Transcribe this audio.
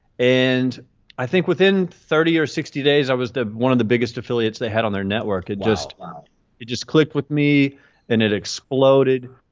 and i think within thirty or sixty days, i was one of the biggest affiliates they had on their network. it just ah it just clicked with me and it exploded,